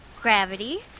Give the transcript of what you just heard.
Gravity